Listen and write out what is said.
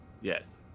Yes